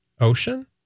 ocean